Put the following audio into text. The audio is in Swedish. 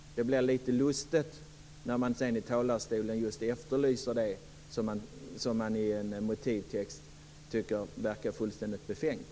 Det blir lite lustigt att sedan här i talarstolen efterlysa just det som man i sin motivtext säger verkar fullständigt befängt.